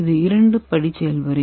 இது இரண்டு படி செயல்முறை